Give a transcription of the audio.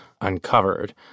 uncovered